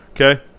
Okay